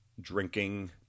drinking